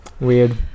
Weird